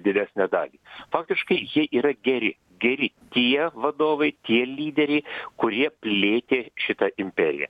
didesnę dalį faktiškai jie yra geri geri tie vadovai tie lyderiai kurie plėtė šitą imperiją